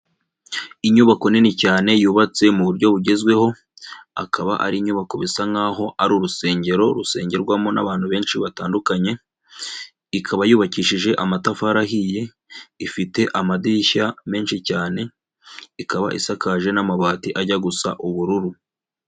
Inyubako nini cyane yubatse mu buryo bugezweho, akaba ari inyubako bisa nkaho ari urusengero rusengerwamo n'abantu benshi batandukanye, ikaba yubakishije amatafari ahiye, ifite amadirishya menshi cyane, ikaba isakaje n'amabati ajya gusa ubururu.